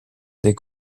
des